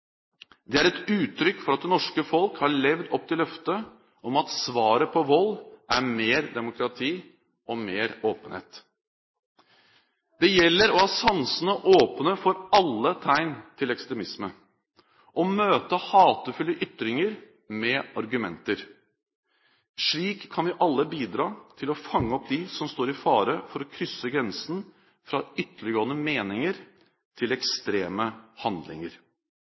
Det er et uttrykk for at det norske folk har levd opp til løftet om at svaret på vold er mer demokrati og mer åpenhet. Det gjelder å ha sansene åpne for alle tegn til ekstremisme – å møte hatefulle ytringer med argumenter. Slik kan vi alle bidra til å fange opp dem som står i fare for å krysse grensen fra ytterliggående meninger til ekstreme handlinger.